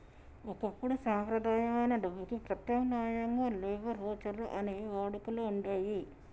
ఒకప్పుడు సంప్రదాయమైన డబ్బుకి ప్రత్యామ్నాయంగా లేబర్ వోచర్లు అనేవి వాడుకలో వుండేయ్యి